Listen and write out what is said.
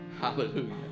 Hallelujah